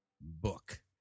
book